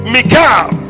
Mikal